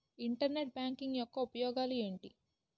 Internet banking యెక్క ఉపయోగాలు ఎంటి?